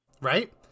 right